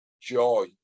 joy